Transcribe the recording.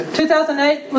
2008